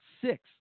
six